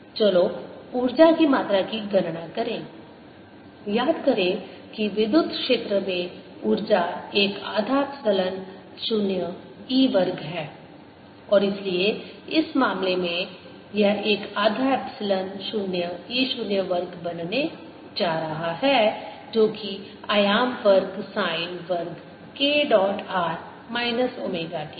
चलो ऊर्जा की मात्रा की गणना करें याद करें कि विद्युत क्षेत्र में ऊर्जा एक आधा एप्सिलॉन 0 E वर्ग है और इसलिए इस मामले में यह एक आधा एप्सिलॉन 0 E 0 वर्ग बनने जा रहा है जो कि आयाम वर्ग साइन वर्ग k dot r minus omega t है